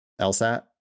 LSAT